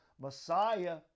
Messiah